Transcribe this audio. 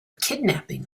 kidnapping